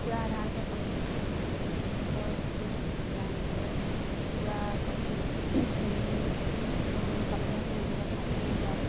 কুকুৰা সাধাৰণতে কণী বৰ বেছি বেয়া নকৰে কুকুৰা কণী উমনি ভাল ধৰণে দিলে ভালকৈ ওলায়